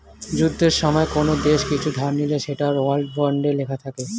যুদ্ধের সময়ে কোন দেশ কিছু ধার নিলে সেটা ওয়ার বন্ডে লেখা থাকে